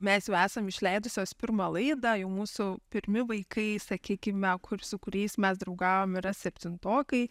mes jau esam išleidusios pirmą laidą jau mūsų pirmi vaikai sakykime kur su kuriais mes draugavom yra septintokai